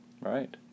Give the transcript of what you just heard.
Right